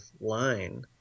line